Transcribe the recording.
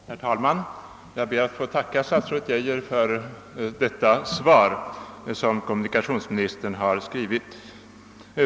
Herr talman! Jag ber att få tacka statsrådet Geijer för detta svar som kommunikationsministern skrivit.